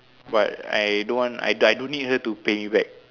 but I don't want I don't need her to pay me back